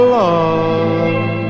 love